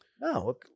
No